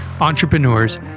entrepreneurs